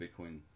Bitcoin